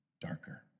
darker